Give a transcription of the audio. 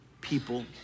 people